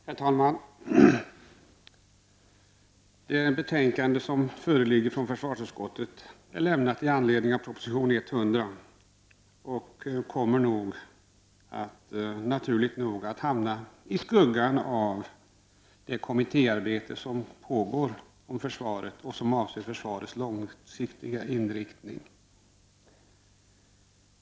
Herr talman! Det betänkande som föreligger från försvarsutskottet har lämnats i anledning av proposition 100 och kommer naturligt nog att hamna i skuggan av det kommittéarbete som pågår om försvaret och som avser försvarets långsiktiga inriktning.